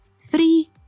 three